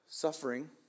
Suffering